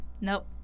Nope